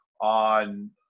on